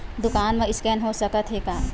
दुकान मा स्कैन हो सकत हे का?